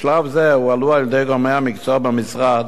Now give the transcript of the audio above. בשלב זה הועלו על-ידי גורמי המקצוע במשרד